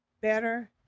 better